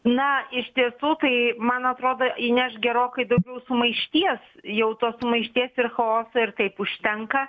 na iš tiesų tai man atrodo įneš gerokai daugiau sumaišties jau tos sumaišties ir chaoso ir taip užtenka